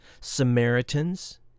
Samaritans